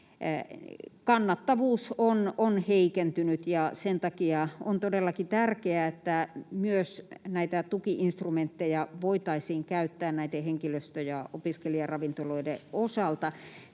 kannattavuus on heikentynyt, ja sen takia on todellakin tärkeää, että myös näitä tuki-instrumentteja voitaisiin käyttää näiden henkilöstö- ja opiskelijaravintoloiden osalta.